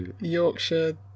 Yorkshire